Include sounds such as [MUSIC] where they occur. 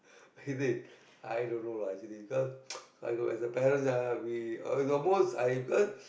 is it i don't know lah actually because [NOISE] !aiyo! as a parent ah we at the most because I